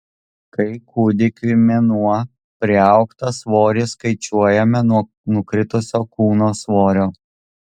kai kūdikiui mėnuo priaugtą svorį skaičiuojame nuo nukritusio kūno svorio